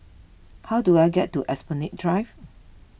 how do I get to Esplanade Drive